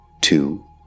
two